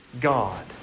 God